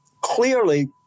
clearly